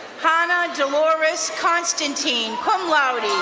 hannah dolores constantine, cum laude,